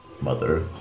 Mother